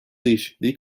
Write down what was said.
değişikliği